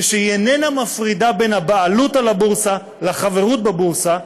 כשהיא איננה מפרידה בין הבעלות על הבורסה לחברות בבורסה,